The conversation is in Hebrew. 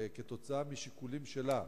רשות המסים, עקב שיקולים שלה,